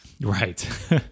right